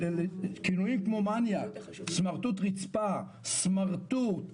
כינויים כמו: מניאק, סמרטוט רצפה,